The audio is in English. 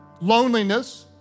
loneliness